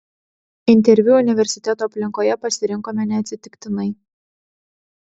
interviu universiteto aplinkoje pasirinkome neatsitiktinai